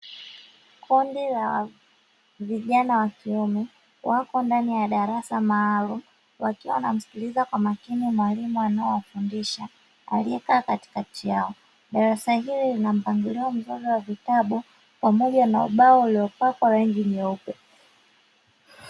Kundi la vijana wa kiume wapo ndani ya darasa maalumu wakiwa wanamsikiliza kwa makini mwalimu anaowafundisha aliyekaa katikati yao. Darasa hili lina mpangilio mzuri wa vitabu pamoja na ubao uliopakwa rangi nyeupe.